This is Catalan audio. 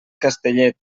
castellet